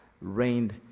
reigned